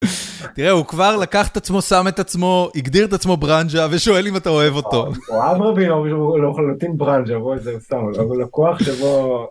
תראה הוא כבר לקח את עצמו שם את עצמו הגדיר את עצמו ברנז'ה ושואל אם אתה אוהב אותו. אוהד רבין הוא לחלוטין ברנז'ה בואי זה, סתם הוא לקוח שבוא.